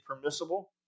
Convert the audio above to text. permissible